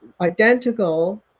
identical